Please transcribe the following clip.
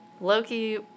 Loki